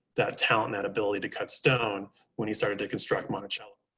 that talent, that ability to cut stone when he started to construct monticello.